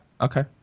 okay